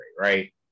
right